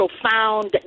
profound